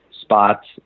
spots